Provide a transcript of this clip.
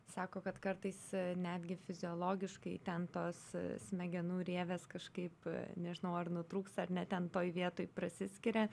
sako kad kartais netgi fiziologiškai ten tos smegenų rievės kažkaip nežinau ar nutrūksta ar ne ten toj vietoj prasiskiria